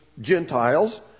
Gentiles